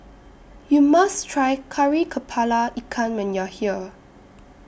YOU must Try Kari Kepala Ikan when YOU Are here